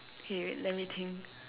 okay wait let me think